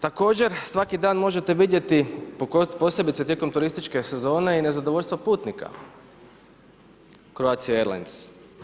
Također, svaki dan možete vidjeti posebice tijekom turističke sezone i nezadovoljstvo putnika Croatie Airlines.